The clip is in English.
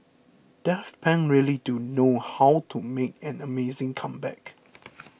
Daft Punk really do know how to make an amazing comeback